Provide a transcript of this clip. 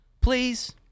please